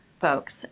folks